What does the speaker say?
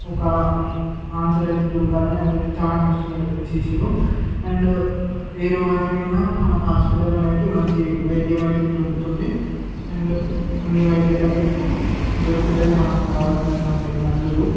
ఒక ఆన్సర్ అయితే దొరకాలని అట్లయితే చాలా కష్టపడి అయితే చేసిండ్రు అండ్ ఏ రోగనికైనా మనకి హాస్పిటల్లో అయితే మంచి వైద్యమైతే దొరుకుతుంది అండ్ అన్నీ వైద్యాలకైతే దొరుకుతాయి మనకి కావలసినటువంటి మందులు